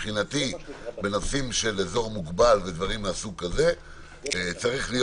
מבחינתי בנושאים של אזור מוגבל ודברים מהסוג הזה צריך להיות